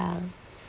yeah